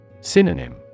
Synonym